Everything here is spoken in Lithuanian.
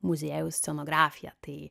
muziejaus scenografiją tai